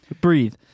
breathe